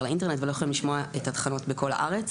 לאינטרנט ולא רוצים לשמוע את התחנות בכל הארץ.